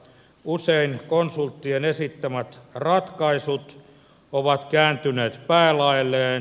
usein konsulttien esittämät ratkaisut ovat kääntyneet päälaelleen